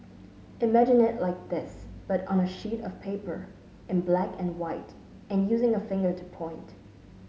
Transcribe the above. imagine it like this but on a sheet of paper in black and white and using a finger to point